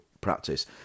practice